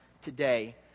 today